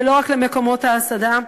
ולא רק למקומות ההסעדה.